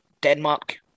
Denmark